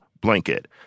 blanket